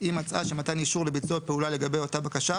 אם מצאה שמתן אישור לביצוע פעולה לגבי אותה בקשה